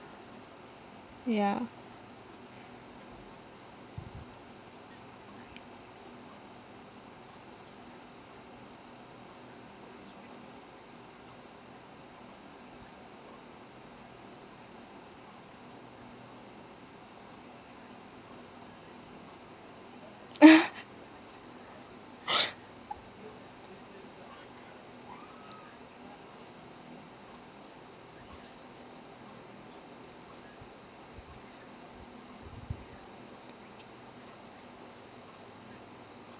ya